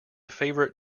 favourite